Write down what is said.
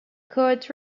court